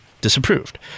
disapproved